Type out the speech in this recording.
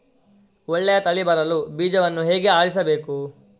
ಒಳ್ಳೆಯ ತಳಿ ಬರಲು ಬೀಜವನ್ನು ಹೇಗೆ ಆರಿಸಬೇಕು?